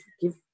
give